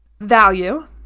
Value